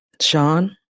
Sean